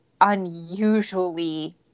unusually